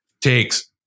takes